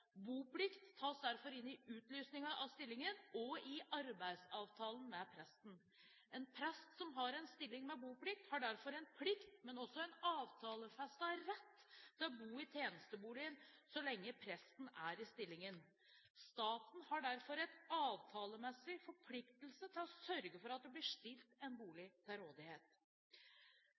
Boplikt tas derfor inn i utlysningen av stillingen og i arbeidsavtalen med presten. En prest som har en stilling med boplikt, har derfor en plikt, men også en avtalefestet rett til å bo i tjenesteboligen så lenge han eller hun er i stillingen. Staten har derfor en avtalemessig forpliktelse til å sørge for at det blir stilt en bolig til rådighet.